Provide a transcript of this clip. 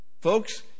Folks